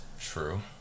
true